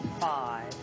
Five